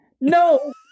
no